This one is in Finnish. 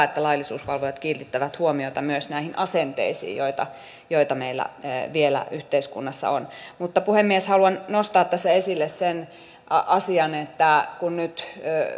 että laillisuusvalvojat kiinnittävät huomiota myös näihin asenteisiin joita joita meillä vielä yhteiskunnassa on mutta puhemies haluan nostaa tässä esille sen asian että kun nyt